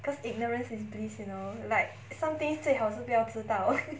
cause ignorance is bliss you know like some things 最好是不要知道